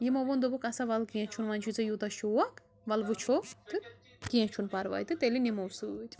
یِمو ووٚن دوٚپُکھ اَسا وَلہٕ کیٚنٛہہ چھُنہٕ وۅنۍ چھُے ژےٚ یوٗتاہ شوق وَلہٕ وُچھو تہٕ کیٚنٛہہ چھُنہٕ پَرواے تہٕ تیٚلہِ نِمو سۭتۍ